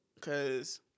cause